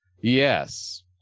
Yes